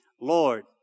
Lord